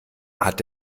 hat